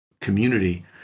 community